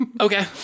Okay